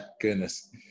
Goodness